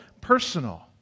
personal